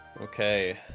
Okay